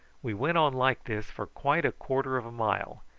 we went on like this for quite a quarter of a mile,